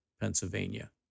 Pennsylvania